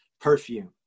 perfume